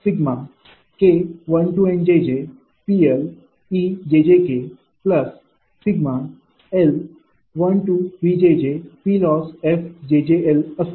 तर हे समीकरण जेव्हा 𝐵𝑗𝑗 ≠ 0 असेल तेव्हा Pm2 IR ∑Nk1 PL𝑒jjk ∑Bl1 PLOSSfjjl असणार